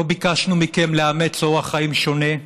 לא ביקשנו מכם לאמץ אורח חיים שונה,